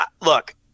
Look